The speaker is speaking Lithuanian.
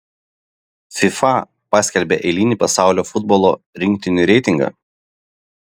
fifa paskelbė eilinį pasaulio futbolo rinktinių reitingą